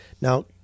Now